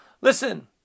Listen